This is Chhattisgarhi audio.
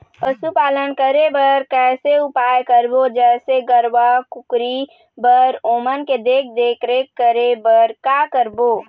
पशुपालन करें बर कैसे उपाय करबो, जैसे गरवा, कुकरी बर ओमन के देख देख रेख करें बर का करबो?